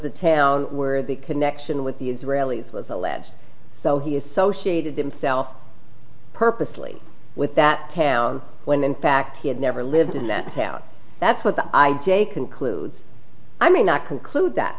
the town where the connection with the israelis was alleged so he is so heated himself purposely with that when in fact he had never lived in that town that's what the i j concludes i mean not conclude that